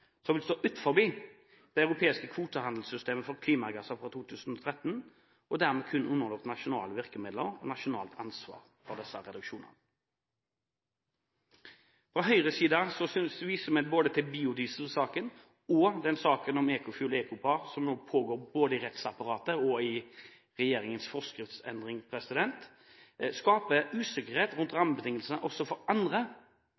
som vil stå utenfor det europeiske kvotehandelssystemet for klimagasser fra 2013, og dermed kun vil være underlagt nasjonale virkemidler og nasjonalt ansvar for disse reduksjonene. Fra Høyres side viser vi til at biodieselsaken og saken om EcoFuel/EcoPar, som nå pågår i både rettsapparatet og regjeringens forskriftsendring, skaper usikkerhet rundt